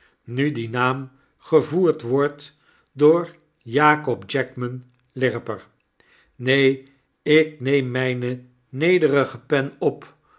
nu die naam gevoerd wordt door jakob jackman lirriper neen ik neem mijne nederige pen op